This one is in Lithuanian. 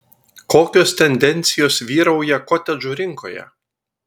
kokios tendencijos vyrauja kotedžų rinkoje